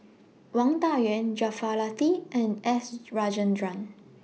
Wang Dayuan Jaafar Latiff and S Rajendran